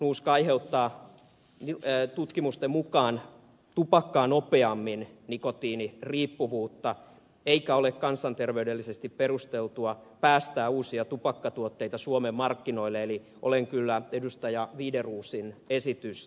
nuuska aiheuttaa tutkimusten mukaan tupakkaa nopeammin nikotiiniriippuvuutta eikä ole kansanterveydellisesti perusteltua päästää uusia tupakkatuotteita suomen markkinoille eli olen kyllä ed